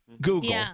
Google